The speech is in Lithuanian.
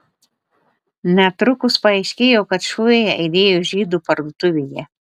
netrukus paaiškėjo kad šūviai aidėjo žydų parduotuvėje